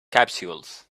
capsules